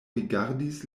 rigardis